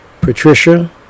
Patricia